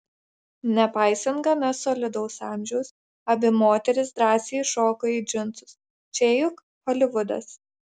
nepaisant gana solidaus amžiaus abi moterys drąsiai įšoko į džinsus čia juk holivudas